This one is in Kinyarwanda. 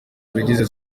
bigize